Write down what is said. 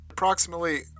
Approximately